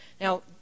Now